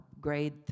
grade